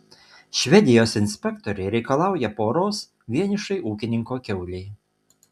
švedijos inspektoriai reikalauja poros vienišai ūkininko kiaulei